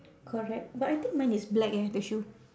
correct but I think mine is black eh the shoe